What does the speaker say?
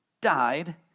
died